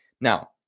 Now